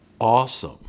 awesome